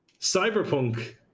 Cyberpunk